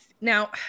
Now